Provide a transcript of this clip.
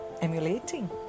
emulating